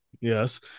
Yes